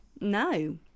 No